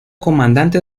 comandante